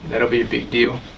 that'll be a big deal.